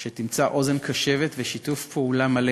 שתמצא אוזן קשבת ושיתוף פעולה מלא